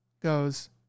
goes